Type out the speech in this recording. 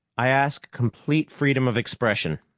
i ask complete freedom of expression,